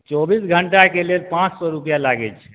चौबीस घण्टाके लेल पाँच सए रुपैआ लागै छै